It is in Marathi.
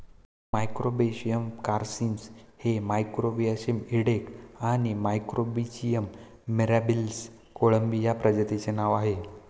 मॅक्रोब्रेशियम कार्सिनस हे मॅक्रोब्रेशियम इडेक आणि मॅक्रोब्रॅचियम मिराबिलिस कोळंबी या प्रजातींचे नाव आहे